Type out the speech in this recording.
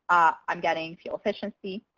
i'm getting fuel efficiency,